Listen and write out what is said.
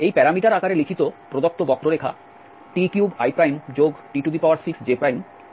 এই প্যারামিটার আকারে লিখিত প্রদত্ত বক্ররেখা t3it6j একটি প্যারাবোলা